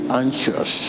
anxious